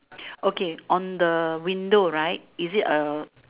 okay on the window right is it a